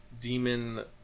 demon